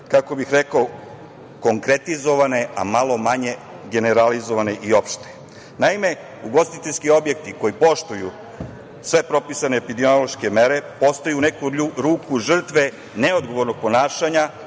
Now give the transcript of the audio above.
malo više konkretizovane, a malo manje generalizovane i opšte? Naime, ugostiteljski objekti koji poštuju sve propisane epidemiološke mere postaju u neku ruku žrtve neodgovornog ponašanja